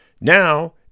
Now